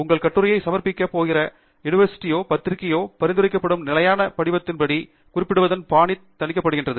உங்கள் கட்டுரையை சமர்ப்பிக்கப் போகிற யுனிவர்சிட்டி யோ பத்திரிகையையோ பரிந்துரைக்கப்படும் நிலையான படிவத்தின் படி குறிப்பிடுவதன் பாணி தனிப்பயனாக்கப்படும்